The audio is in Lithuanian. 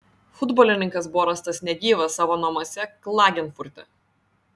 futbolininkas buvo rastas negyvas savo namuose klagenfurte